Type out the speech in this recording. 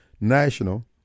national